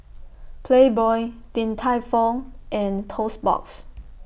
Playboy Din Tai Fung and Toast Box